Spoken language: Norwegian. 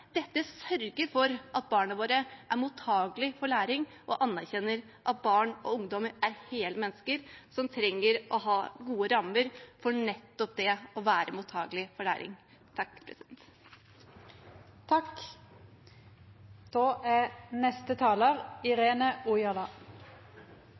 dette sørger for at barna våre er mottagelige for læring, og anerkjenner at barn og ungdommer er hele mennesker som trenger å ha gode rammer for nettopp det å være mottagelig for læring. Jeg heter Irene Ojala, og jeg representerer Finnmark for Pasientfokus. Bakgrunnen for at Pasientfokus er